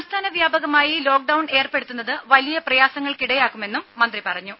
സംസ്ഥാന വ്യാപകമായി ലോക്ഡൌൺ ഏർപെടുത്തുന്നത് വലിയ പ്രയാസങ്ങൾക്കിടയാക്കുമെന്നും മന്ത്രി പറഞ്ഞു